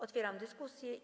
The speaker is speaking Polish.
Otwieram dyskusję.